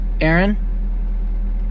Aaron